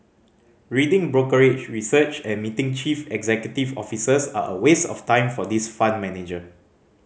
reading brokerage research and meeting chief executive officers are a waste of time for this fund manager